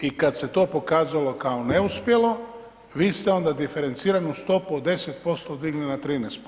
i kad se to pokazalo kao neuspjelo, vi ste onda diferenciranu stopu od 10% dignuli na 13%